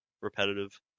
repetitive